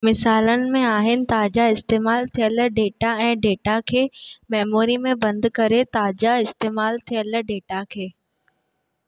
मिसालनि में आहिनि ताज़ा इस्तेमाल थियलु डेटा ऐं डेटा खे मेमोरी में बंदि करे ताज़ा इस्तेमालु थियलु डेटा खे